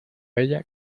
vella